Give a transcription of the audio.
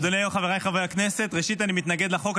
אדוני, חבריי חברי הכנסת, ראשית, אני מתנגד לחוק.